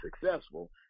successful